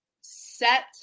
set